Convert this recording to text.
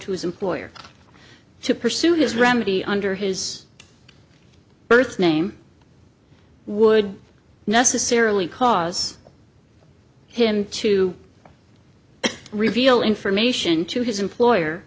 to his employer to pursue his remedy under his birth name would necessarily cause him to reveal information to his employer